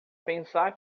pensar